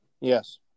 Yes